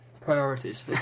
priorities